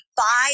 five